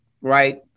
right